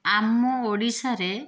ଆମ ଓଡ଼ିଶାରେ